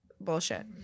bullshit